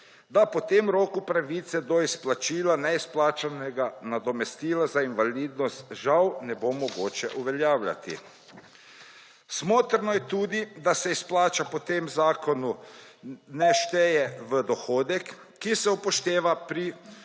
da po tem roku pravice do izplačila neizplačanega nadomestila za invalidnost žal ne bo mogoče uveljavljati. Smotrno je tudi, da se izplačilo po tem zakonu ne šteje v dohodek, ki se upošteva pri